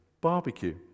barbecue